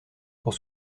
pour